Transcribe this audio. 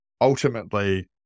ultimately